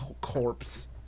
corpse